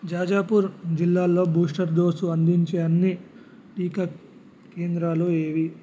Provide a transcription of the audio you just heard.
జాజపూర్ జిల్లాలో booster dose అందించే అన్ని టీకా కేంద్రాలు ఏవి